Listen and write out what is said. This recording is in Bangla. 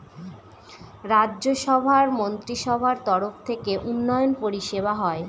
রাজ্য সভার মন্ত্রীসভার তরফ থেকে উন্নয়ন পরিষেবা হয়